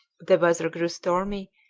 the weather grew stormy,